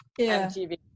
MTV